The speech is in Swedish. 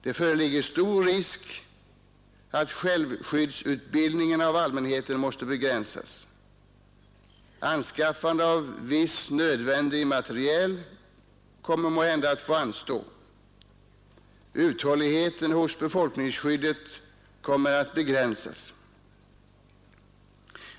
Det föreligger stor risk för att självskyddsutbildning av allmänheten måste begränsas. Anskaffande av viss nödvändig materiel kommer måhända att få anstå. Uthålligheten hos befolkningsskyddet kommer att begränsas.